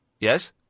Yes